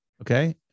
okay